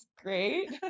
great